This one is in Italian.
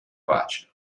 pace